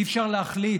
אי-אפשר להחליט,